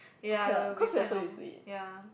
ya it will be quite normal ya